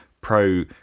pro